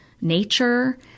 nature